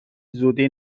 زودی